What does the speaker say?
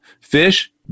Fish